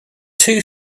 two